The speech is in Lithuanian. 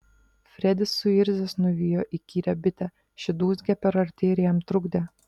fredis suirzęs nuvijo įkyrią bitę ši dūzgė per arti ir jam trukdė